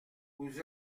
vous